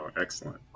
Excellent